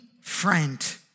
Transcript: friend